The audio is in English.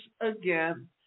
again